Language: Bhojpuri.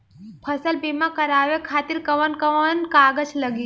फसल बीमा करावे खातिर कवन कवन कागज लगी?